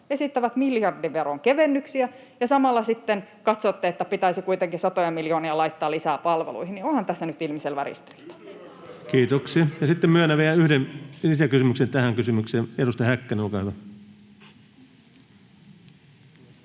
esittävät miljardilla veronkevennyksiä ja samalla sitten katsotte, että pitäisi kuitenkin satoja miljoonia laittaa lisää palveluihin. Onhan tässä nyt ilmiselvä ristiriita. [Arja Juvosen välihuuto] Kiitoksia. — Sitten myönnän vielä yhden lisäkysymyksen tähän kysymykseen. — Edustaja Häkkänen, olkaa hyvä.